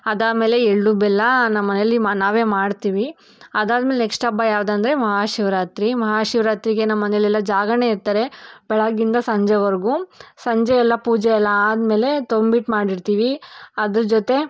ಅದಾದಮೇಲೆ ಎಳ್ಳು ಬೆಲ್ಲ ನಮ್ಮನೆಯಲ್ಲಿ ಮ ನಾವೇ ಮಾಡ್ತೀವಿ ಅದಾದ್ಮೇಲೆ ನೆಕ್ಸ್ಟ್ ಹಬ್ಬ ಯಾವುದೆಂದ್ರೆ ಮಹಾಶಿವರಾತ್ರಿ ಮಹಾಶಿವರಾತ್ರಿಗೆ ನಮ್ಮನೆಲೆಲ್ಲ ಜಾಗರಣೆ ಇರ್ತಾರೆ ಬೆಳಗಿಂದ ಸಂಜೆವರೆಗು ಸಂಜೆ ಎಲ್ಲ ಪೂಜೆ ಎಲ್ಲ ಆದಮೇಲೆ ತಂಬಿಟ್ಟು ಮಾಡಿರ್ತೀವಿ ಅದ್ರ ಜೊತೆ